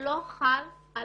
לא חל על